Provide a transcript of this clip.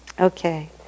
Okay